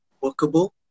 workable